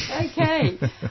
Okay